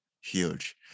huge